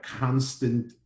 constant